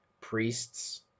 priests